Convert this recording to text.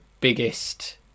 biggest